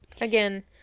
Again